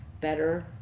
better